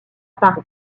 paris